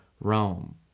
Rome